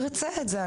זה.